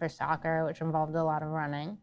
for soccer which involved a lot of running